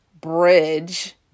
bridge